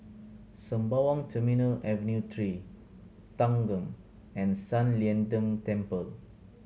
Sembawang Terminal Avenue Three Thanggam and San Lian Deng Temple